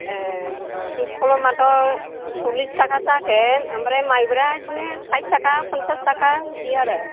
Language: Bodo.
ए दुरकलमाथ' सल्लिस थाखा जागोन ओमफ्राय माइब्राया बेदिनो साइथ थाखा पन्सास थाखा बिदि आरो